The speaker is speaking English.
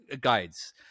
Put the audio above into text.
guides